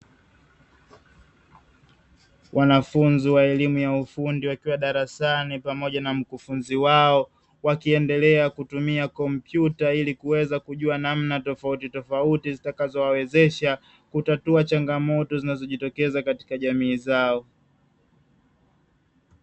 Wanafunzi wa elimu ya ufundi wakiwa darasani pamoja na mkufunzi wao, wakiendelea kutumia kompyuta ili kuweza kujua namna tofautitofauti zitakazo wawezesha kutatua changamoto zinazojitokeza katika jamii zao.